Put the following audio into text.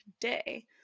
today